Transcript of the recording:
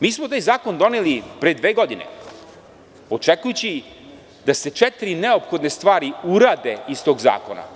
Mi smo taj zakon doneli pre dve godine, očekujući da se četiri neophodne stvari urade iz tog zakona.